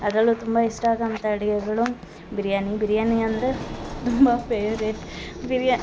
ಅದರಲ್ಲೂ ತುಂಬ ಇಷ್ಟ ಆಗೊಂತ ಅಡಿಗೆಗಳು ಬಿರ್ಯಾನಿ ಬಿರ್ಯಾನಿ ಅಂದರೆ ತುಂಬ ಫೆವ್ರೇಟ್ ಬಿರ್ಯಾ